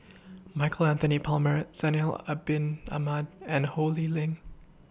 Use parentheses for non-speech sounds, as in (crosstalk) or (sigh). (noise) Michael Anthony Palmer Zainal Abidin Ahmad and Ho Lee Ling